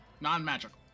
non-magical